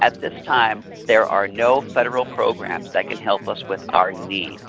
at this time there are no federal programs that can help us with our need